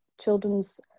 children's